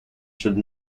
should